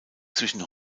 zwischen